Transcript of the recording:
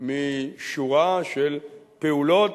משורה של פעולות.